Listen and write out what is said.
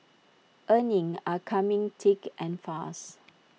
earnings are coming thick and fast